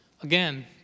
Again